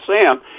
Sam